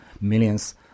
millions